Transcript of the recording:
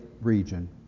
region